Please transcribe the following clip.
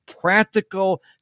practical